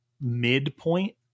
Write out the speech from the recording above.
midpoint